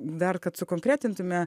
dar kad sukonkretintume